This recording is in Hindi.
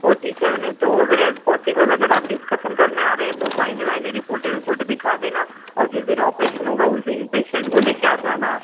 फोर्टी सेवन है तो अगर इज़ पॉसिबल अगर आप डिस्कशन करने आ रहे हैं तो फाइलें वाइलें रिपोर्ट विपोर्ट दिखा देना और जिस दिन ऑपरेशन होगा उस दिन पेशेंट को लेके आ जाना